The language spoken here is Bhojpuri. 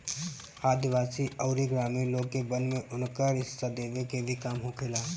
आदिवासी अउरी ग्रामीण लोग के वन में उनकर हिस्सा देवे के भी काम होखेला